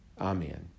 Amen